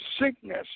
sickness